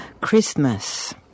Christmas